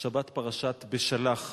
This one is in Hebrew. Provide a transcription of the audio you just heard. השבת פרשת בשלח.